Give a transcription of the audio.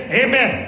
amen